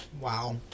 Wow